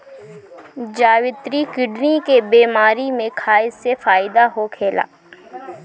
जावित्री किडनी के बेमारी में खाए से फायदा होखेला